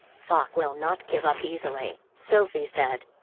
fache will not give up easily, sophie said.